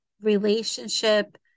relationship